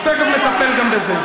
אז תכף נטפל גם בזה.